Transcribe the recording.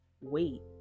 wait